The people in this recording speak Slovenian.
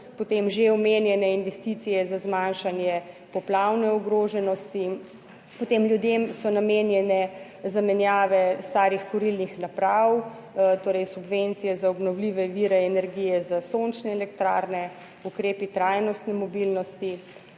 potem že omenjene investicije za zmanjšanje poplavne ogroženosti, potem ljudem so namenjene zamenjave starih kurilnih naprav, torej subvencije za obnovljive vire energije, za sončne elektrarne, ukrepi trajnostne mobilnosti